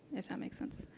if that makes sense.